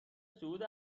صعود